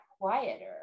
quieter